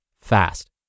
fast